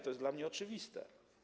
To jest dla mnie oczywiste.